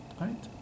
right